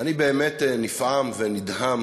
אני באמת נפעם ונדהם